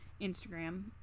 Instagram